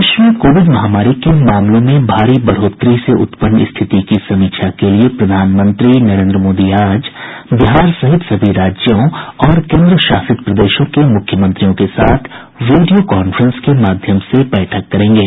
देश में कोविड महामारी के मामलों में भारी बढ़ोतरी से उत्पन्न स्थिति की समीक्षा के लिए प्रधानमंत्री नरेंद्र मोदी आज बिहार सहित सभी राज्यों और केंद्रशासित प्रदेशों के मुख्यमंत्रियों के साथ वीडियो कांफ्रेंस के माध्यम से बैठक करेंगे